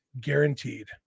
guaranteed